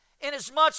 inasmuch